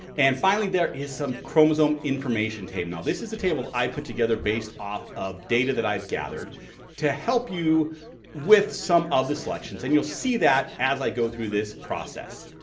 and finally there is some chromosome information. this is a table i put together based off of data that i've gathered to help you with some of the selections and you'll see that as i go through this process.